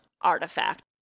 artifact